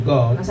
God